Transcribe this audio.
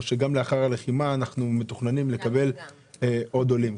שגם לאחר הלחימה אנחנו מתוכננים לקבל עוד עולים?